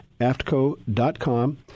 Aftco.com